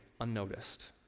unnoticed